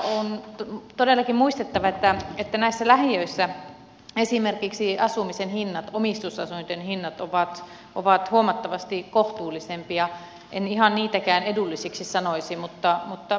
on todellakin muistettava että näissä lähiöissä esimerkiksi asumisen hinnat omistusasuntojen hinnat ovat huomattavasti kohtuullisempia en ihan niitäkään edullisiksi sanoisi mutta halvempia